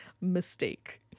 Mistake